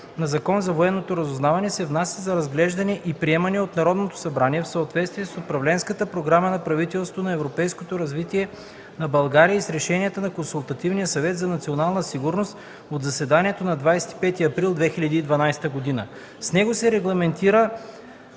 на Закон за военното разузнаване се внася за разглеждане и приемане от Народното събрание в съответствие с Управленската програма на правителството на европейското развитие на България и с решенията на Консултативния съвет за национална сигурност от заседанието на 25 април 2012 г. С него се регламентират